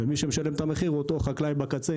ומי שמשלם את המחיר הוא אותו חקלאי בקצה,